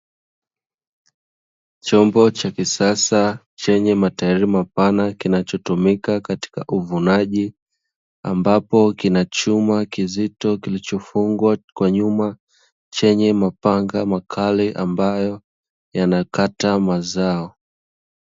Chombo cha kisasa, chenye matairi mapana kinatumika katika uvunaji, ambapo kina chuma kizito kilichofungwa kwa nyuma, chenye mapanga makali ambayo, yanakata mazao.